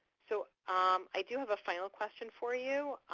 so um i do have a final question for you.